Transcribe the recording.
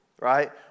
Right